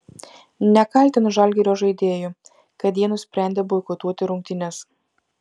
nekaltinu žalgirio žaidėjų kad jie nusprendė boikotuoti rungtynes